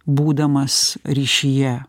būdamas ryšyje